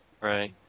Right